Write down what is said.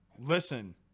listen